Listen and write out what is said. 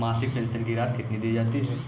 मासिक पेंशन की राशि कितनी दी जाती है?